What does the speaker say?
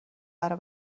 برا